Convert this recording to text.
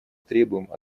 требуем